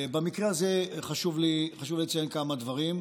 במקרה הזה חשוב לציין כמה דברים.